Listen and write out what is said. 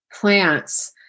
plants